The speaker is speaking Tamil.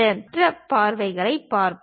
இப்போது மற்ற பார்வைகளைப் பார்ப்போம்